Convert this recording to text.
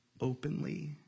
openly